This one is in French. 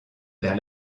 vers